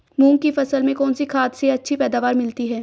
मूंग की फसल में कौनसी खाद से अच्छी पैदावार मिलती है?